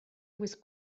was